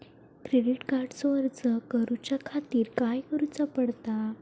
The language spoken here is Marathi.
क्रेडिट कार्डचो अर्ज करुच्या खातीर काय करूचा पडता?